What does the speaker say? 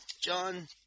John